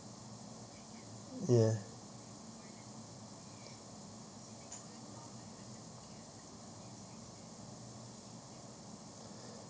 ya